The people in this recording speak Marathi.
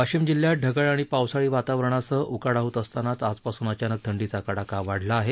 वाशिम जिल्ह्यात ढगाळ आणि पावसाळी वातावरणासह उकाडा होत असतांनाच आजपासून अचानक थंडीचा कडाका वाढला आहे